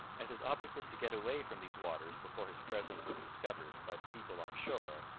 as his object was to get away from these waters before his presence was discovered by the people on shore,